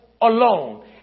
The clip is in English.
alone